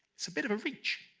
it's a bit of a reach.